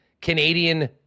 Canadian